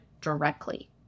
directly